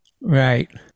Right